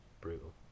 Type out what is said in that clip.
brutal